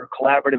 collaborative